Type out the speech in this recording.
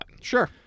Sure